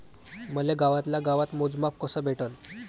मले गावातल्या गावात मोजमाप कस भेटन?